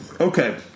Okay